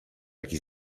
jaki